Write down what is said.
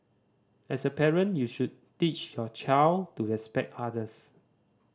as a parent you should teach your child to respect others